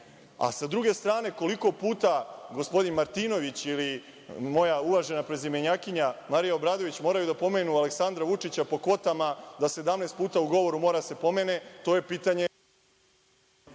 druge strane, koliko puta gospodin Martinović ili moja uvažena prezimenjakinja Marija Obradović moraju da pomenu Aleksandara Vučića po kvotama da 17 puta u govoru mora da se pomene, to je pitanje